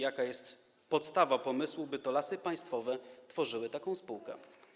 Jaka jest podstawa pomysłu, by to Lasy Państwowe tworzyły taką spółkę?